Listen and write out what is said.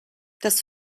das